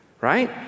right